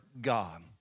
God